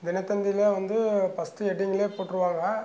தினத்தந்தியில் வந்து ஃபர்ஸ்ட்டு ஹெட்டிங்லே போட்டுருவாங்க